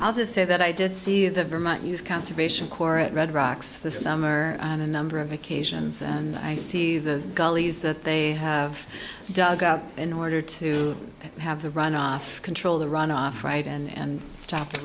i'll just say that i did see the vermont use conservation corps at red rocks this summer on a number of occasions and i see the gullies that they have dug out in order to have the runoff control the runoff right and stop